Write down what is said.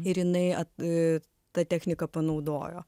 ir jinai at tą techniką panaudojo